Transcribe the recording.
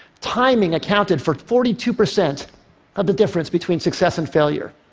timing accounted for forty two percent of the difference between success and failure.